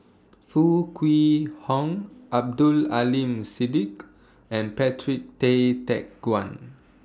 Foo Kwee Horng Abdul Aleem Siddique and Patrick Tay Teck Guan